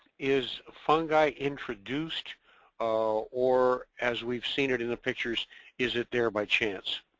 is fungi introduced or as we've seen it in the pictures is it there by chance?